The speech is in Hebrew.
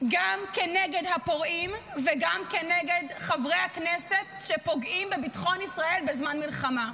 גם כנגד הפורעים וגם כנגד חברי הכנסת שפוגעים בביטחון ישראל בזמן מלחמה.